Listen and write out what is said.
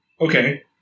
okay